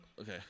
okay